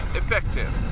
effective